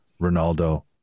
Ronaldo